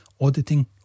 auditing